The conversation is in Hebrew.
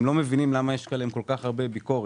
הם לא מבינים למה יש עליהם כל כך הרבה ביקורת.